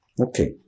Okay